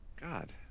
God